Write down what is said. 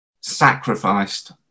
sacrificed